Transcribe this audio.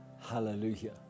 Hallelujah